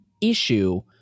issue